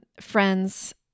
friends